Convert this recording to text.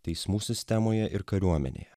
teismų sistemoje ir kariuomenėje